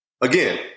again